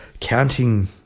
counting